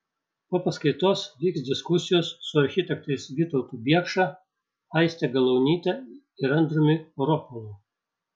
po paskaitos vyks diskusijos su architektais vytautu biekša aiste galaunyte ir andriumi ropolu